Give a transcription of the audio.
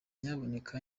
nyabuneka